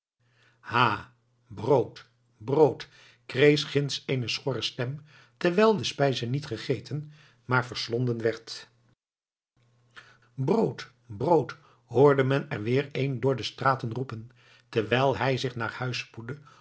ha brood brood kreesch gindsch eene schorre stem terwijl de spijze niet gegeten maar verslonden werd brood brood hoorde men er weer een door de straten roepen terwijl hij zich naar huis spoedde